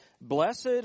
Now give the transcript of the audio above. Blessed